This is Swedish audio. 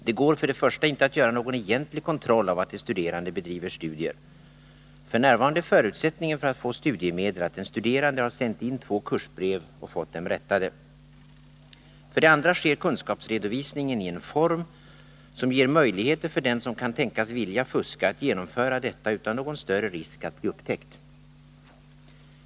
Det går för det första inte att göra någon egentlig kontroll av att de studerande bedriver studier. F. n. är förutsättningen för att få studiemedel att den studerande har sänt in två kursbrev och fått dem rättade. För det andra sker kunskapsredovisningen i en form som ger möjligheter för den som kan tänkas vilja fuska att genomföra detta utan större risk att bli upptäckt.